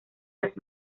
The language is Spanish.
las